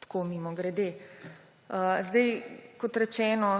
tako mimogrede. Kot rečeno,